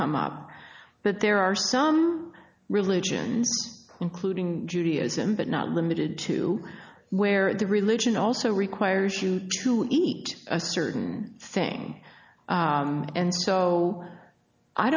come up but there are some religions including judaism but not limited to where the religion also requires you to eat a certain thing and so i